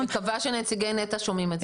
אני מקווה שנציגי נת"ע שומעים את זה.